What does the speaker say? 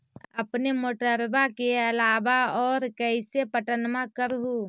अपने मोटरबा के अलाबा और कैसे पट्टनमा कर हू?